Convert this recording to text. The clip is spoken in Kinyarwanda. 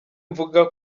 mvuga